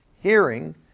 hearing